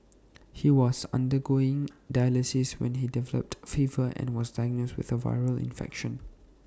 he was undergoing dialysis when he developed A fever and was diagnosed with A viral infection